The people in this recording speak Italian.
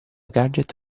gadget